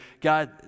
God